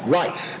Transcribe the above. life